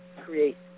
create